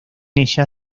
ella